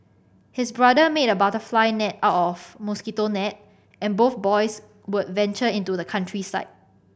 his brother made a butterfly net out of mosquito net and both boys would venture into the countryside